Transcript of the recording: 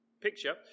picture